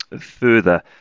further